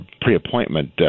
pre-appointment